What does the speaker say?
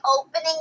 opening